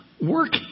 Work